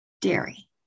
dairy